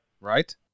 Right